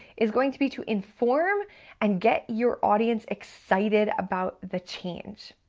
is going to be to inform and get your audience excited about the change.